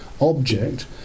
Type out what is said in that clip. object